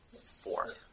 Four